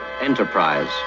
Enterprise